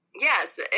Yes